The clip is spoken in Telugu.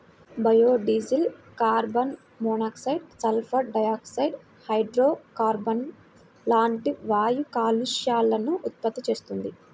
biodiesel carbon monoxide, sulphur dioxide, హైడ్రోకార్బన్లు లాంటి వాయు కాలుష్యాలను ఉత్పత్తి చేస్తుంది